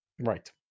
right